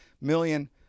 million